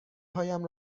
هایم